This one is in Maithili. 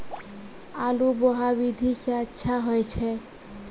आलु बोहा विधि सै अच्छा होय छै?